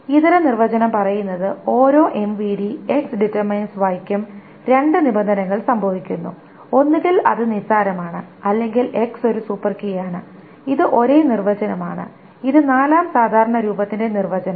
ഇതര നിർവചനം പറയുന്നത് ഓരോ MVD X Y യ്ക്കും രണ്ട് നിബന്ധനകൾ സംഭവിക്കുന്നു ഒന്നുകിൽ അത് നിസ്സാരമാണ് അല്ലെങ്കിൽ X ഒരു സൂപ്പർകീയാണ് ഇത് ഒരേ നിർവചനമാണ് ഇതാണ് 4 ആം സാധാരണ രൂപത്തിന്റെ നിർവചനം